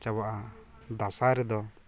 ᱪᱟᱵᱟᱼᱟ ᱫᱟᱸᱥᱟᱭ ᱨᱮᱫᱚ